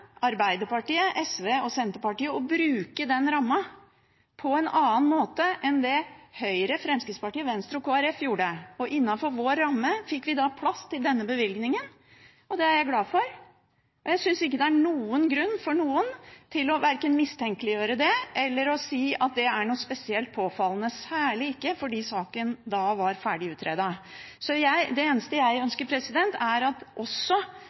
Arbeiderpartiet, SV og Senterpartiet å bruke den rammen på en annen måte enn Høyre, Fremskrittspartiet, Venstre og Kristelig Folkeparti. Innenfor vår ramme fikk vi plass til denne bevilgningen, og det er jeg glad for. Jeg synes ikke det er noen grunn for noen til verken å mistenkeliggjøre det eller si at det er noe spesielt påfallende – særlig siden saken da var ferdig utredet. Det eneste jeg ønsker, er at også